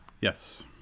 Yes